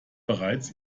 bereits